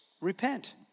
repent